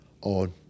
on